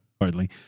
hardly